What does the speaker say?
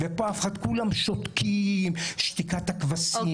ופה כולם שותקים שתיקת הכבשים.